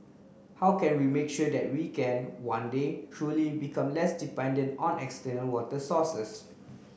how can we make sure that we can one day truly become less dependent on external water sources